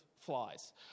flies